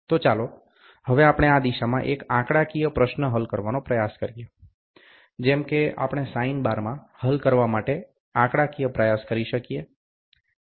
તો ચાલો હવે આપણે આ દિશામાં આ એક આંકડાકીય પ્રશ્ન હલ કરવાનો પ્રયાસ કરીએ જેમ કે આપણે સાઈન બારમાં હલ કરવા માટે આંકડાકીય પ્રયાસ કરી શકીએ